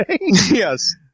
Yes